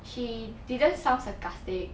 she didn't sound sarcastic